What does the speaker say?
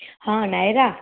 हा नायरा